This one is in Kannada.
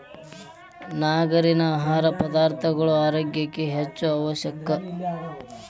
ನಾರಿನ ಆಹಾರ ಪದಾರ್ಥಗಳ ಆರೋಗ್ಯ ಕ್ಕ ಹೆಚ್ಚು ಅವಶ್ಯಕ